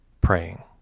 praying